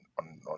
on